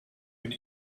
been